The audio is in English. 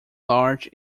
large